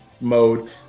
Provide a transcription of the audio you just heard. mode